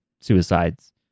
suicides